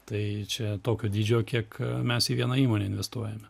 tai čia tokio dydžio kiek mes į vieną įmonę investuojam